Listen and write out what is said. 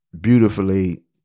beautifully